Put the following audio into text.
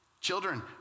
Children